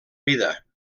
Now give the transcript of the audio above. vida